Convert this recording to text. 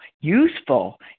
useful